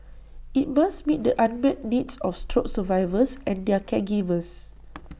IT must meet the unmet needs of stroke survivors and their caregivers